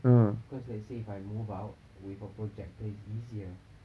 because let's say if I move out with a projector is easier